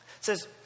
says